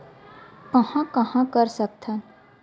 कहां कहां कर सकथन?